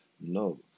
no